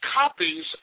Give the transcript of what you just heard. copies